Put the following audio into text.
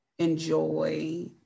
Enjoy